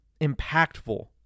impactful